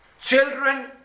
children